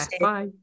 bye